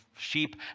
sheep